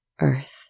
earth